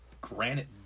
granite